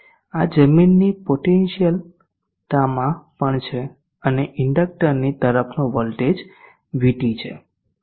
આ જમીનની પોટેન્શીયલતામાં પણ છે અને ઇન્ડકક્ટરની તરફનો વોલ્ટેજ VT છે